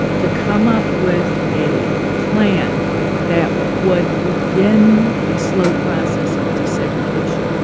to come up with a plan that would begin a slow process of desegregation.